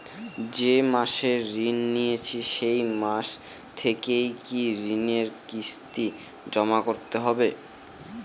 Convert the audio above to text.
যে মাসে ঋণ নিয়েছি সেই মাস থেকেই কি ঋণের কিস্তি জমা করতে হবে?